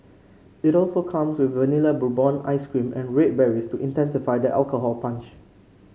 it also comes with Vanilla Bourbon ice cream and red berries to intensify the alcohol punch